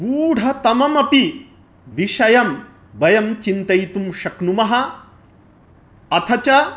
गूढतममपि विषयं वयं चिन्तयितुं शक्नुमः अथ च